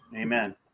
Amen